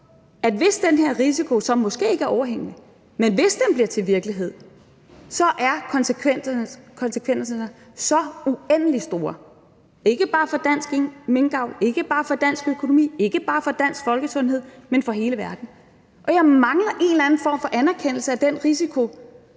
at hvis den her risiko, som måske ikke er overhængende, bliver til virkelighed, så er konsekvenserne så uendelig store, ikke bare for dansk minkavl, ikke bare for dansk økonomi, ikke bare for dansk folkesundhed, men for hele verden. Jeg mangler en eller anden form for anerkendelse af den risiko